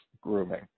grooming